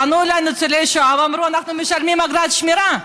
פנו אליי ניצולי שואה ואמרו: אנחנו משלמים אגרת שמירה.